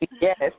Yes